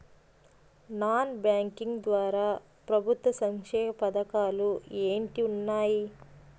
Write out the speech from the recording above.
Non banking ద్వారా ప్రభుత్వ సంక్షేమ పథకాలు ఏంటి ఉన్నాయి?